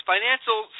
Financial